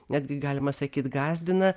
netgi galima sakyt gąsdina